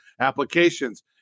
applications